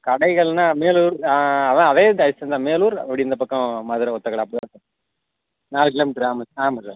கடைகள்ன்னா மேலூர் ஆ அதான் அதே டைரக்ஷன் தான் மேலூர் அப்படியே இந்த பக்கம் மதுரை ஒற்றைக் கடை அப்படி தான் சார் நாலு கிலோ மீட்டரு ஆமாம் ஆமாம் சார்